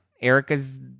Erica's